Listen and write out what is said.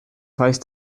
heißt